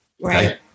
Right